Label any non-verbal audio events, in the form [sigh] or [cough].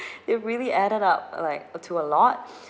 [breath] it really added up like a to a lot